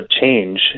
change